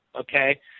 okay